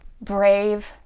brave